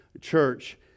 church